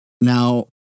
Now